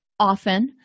often